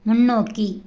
முன்னோக்கி